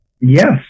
Yes